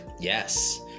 Yes